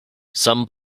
some